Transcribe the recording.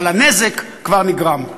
אבל הנזק כבר נגרם.